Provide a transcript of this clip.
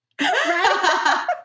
Right